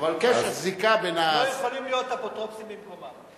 הם לא יכולים להיות אפוטרופוסים במקומם.